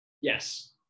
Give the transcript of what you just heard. Yes